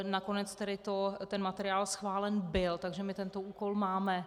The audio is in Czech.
Nakonec ten materiál schválen byl, takže tento úkol máme.